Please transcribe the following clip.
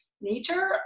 nature